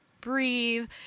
breathe